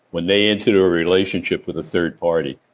when they entered a relationship with a third party,